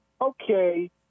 Okay